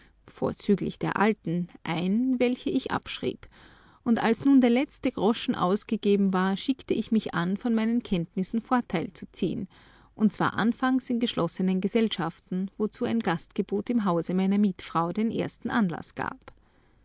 vorzüglich der alten ein welche ich abschrieb und als nun der letzte groschen ausgegeben war schickte ich mich an von meinen kenntnissen vorteil zu ziehen und zwar anfangs in geschlossenen gesellschaften wozu ein gastgebot im hause meiner mietfrau den ersten anlaß gab